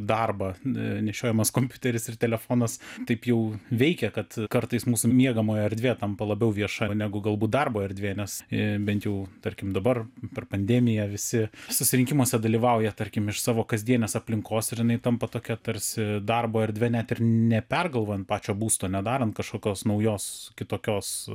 darbą ne nešiojamas kompiuteris ir telefonas taip jau veikia kad kartais mūsų miegamojo erdvė tampa labiau vieša negu galbūt darbo erdvė nes jei bent jų tarkim dabar per pandemiją visi susirinkimuose dalyvauja tarkim iš savo kasdienės aplinkos ir jinai tampa tokia tarsi darbo erdve net ir nepergalvojant pačio būsto nedarant kažkokios naujos kitokios